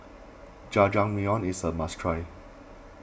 Jajangmyeon is a must try